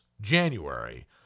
January